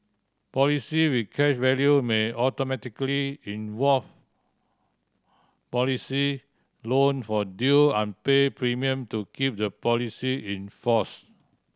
policy with cash value may automatically invoke policy loan for due unpaid premium to keep the policy in force